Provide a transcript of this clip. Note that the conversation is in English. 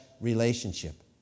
relationship